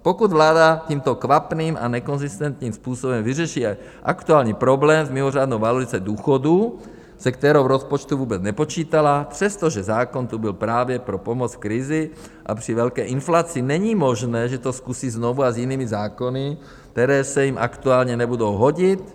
Pokud vláda tímto kvapným a nekonzistentním způsobem vyřeší aktuální problém s mimořádnou valorizací důchodů, se kterou v rozpočtu vůbec nepočítala, přestože zákon tu byl právě pro pomoc v krizi a při velké inflaci, není možné, že to zkusí znovu a s jinými zákony, které se jim aktuálně nebudou hodit?